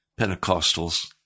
Pentecostals